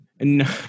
No